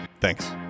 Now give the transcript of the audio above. Thanks